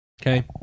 Okay